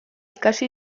ikasi